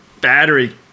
battery